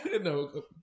No